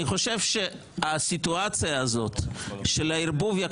אני חושב שהסיטואציה הזאת של הערבוביה,